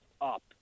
up